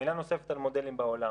מילה נוספת על מודלים בעולם,